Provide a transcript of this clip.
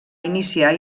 iniciar